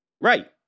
right